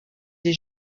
des